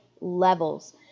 levels